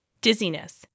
Dizziness